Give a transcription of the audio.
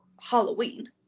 halloween